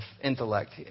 intellect